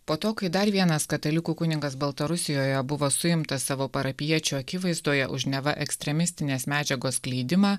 po to kai dar vienas katalikų kunigas baltarusijoje buvo suimtas savo parapijiečių akivaizdoje už neva ekstremistinės medžiagos skleidimą